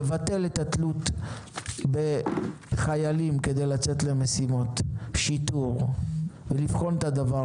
לבטל את התלות בחיילים כדי לצאת למשימות שיטור ולבחון את הדבר